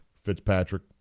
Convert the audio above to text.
Fitzpatrick